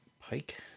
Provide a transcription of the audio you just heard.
Pike